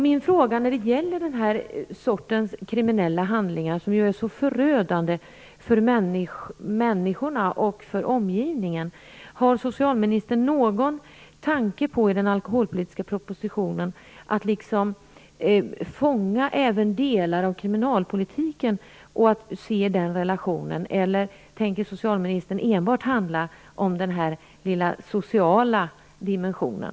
Mina frågor när det gäller detta slag av kriminella handlingar, som ju är så förödande för människorna och för omgivningen, är: Har socialministern någon tanke på att i den alkoholpolitiska propositionen även fånga in delar av kriminalpolitiken, och se relationen emellan dessa problem? Eller tänker socialministern enbart behandla den sociala dimensionen?